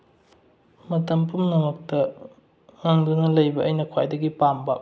ꯃꯇꯝ ꯄꯨꯝꯅꯃꯛꯇ ꯍꯥꯡꯗꯨꯅ ꯂꯩꯕ ꯑꯩꯅ ꯈ꯭ꯋꯥꯏꯗꯒꯤ ꯄꯥꯝꯕ